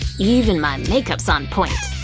even my makeup's on point!